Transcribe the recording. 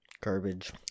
garbage